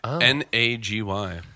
N-A-G-Y